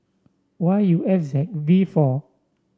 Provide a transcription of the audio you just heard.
Y U F Z V four